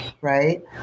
right